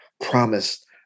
promised